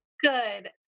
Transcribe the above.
Good